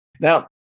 Now